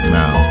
Now